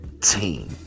team